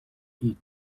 eat